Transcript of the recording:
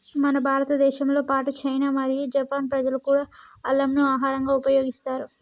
మన భారతదేశంతో పాటు చైనా మరియు జపాన్ ప్రజలు కూడా అల్లంను ఆహరంగా ఉపయోగిస్తారు